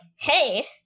hey